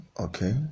okay